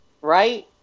right